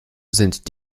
sind